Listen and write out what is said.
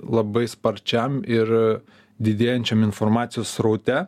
labai sparčiam ir didėjančiam informacijos sraute